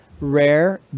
rare